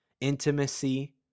intimacy